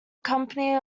company